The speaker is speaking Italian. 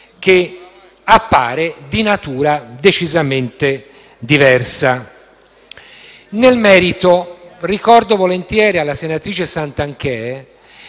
che appare di natura decisamente diversa. Nel merito ricordo volentieri alla senatrice Santanchè